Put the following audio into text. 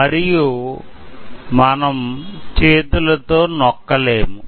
మరియు మనం మన చేతులతో నొక్క లేము